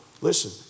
Listen